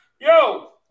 Yo